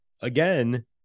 again